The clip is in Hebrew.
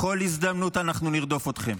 בכל הזדמנות אנחנו נרדוף אתכם.